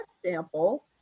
sample